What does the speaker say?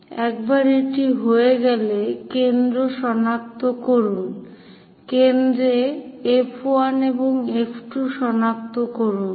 8 একবার এটি হয়ে গেলে কেন্দ্র সনাক্ত করুন কেন্দ্র F1 এবং F2 সনাক্ত করুন